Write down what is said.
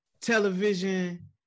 television